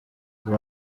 ubu